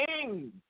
king